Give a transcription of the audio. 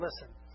listen